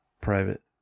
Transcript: private